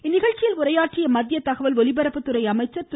இந்நிகழ்ச்சியில் உரையாற்றிய மத்திய தகவல் ஒலிபரப்புத்துறை அமைச்சர் திரு